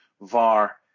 VAR